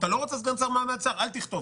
אם אתה לא רוצה סגן שר במעמד שר אל תחתום.